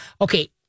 Okay